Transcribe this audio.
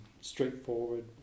straightforward